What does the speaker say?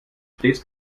stets